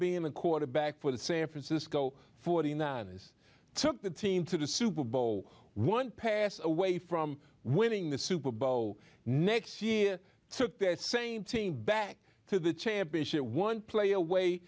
being the quarterback for the san francisco forty nine dollars is took the team to the super bowl one passed away from winning the super bowl next year took that same team back to the championship one play away